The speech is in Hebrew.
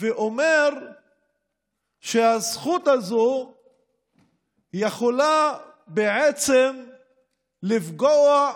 ואומר שהזכות הזאת יכולה בעצם לפגוע,